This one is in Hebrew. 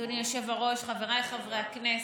אדוני היושב-ראש, חבריי חברי הכנסת,